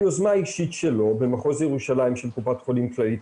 יוזמה אישית שלו במחוז ירושלים של קופת חולים כללית,